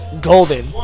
Golden